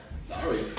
Sorry